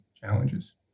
challenges